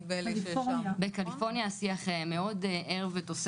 נדמה לי --- בקליפורניה השיח ער מאוד ותוסס.